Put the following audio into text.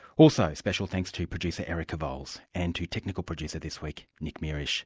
also a special thanks to producer erica vowles and to technical producer this week, nick mierish